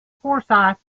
forsyth